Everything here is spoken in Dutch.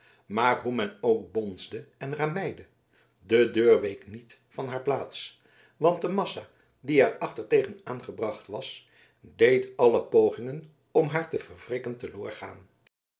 maar hoe men ook bonsde en rammeide de deur week niet van haar plaats want de massa die er achter tegen aangebracht was deed alle pogingen om haar te verwrikken